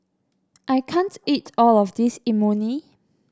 I can't eat all of this Imoni